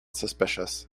suspicious